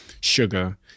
sugar